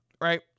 Right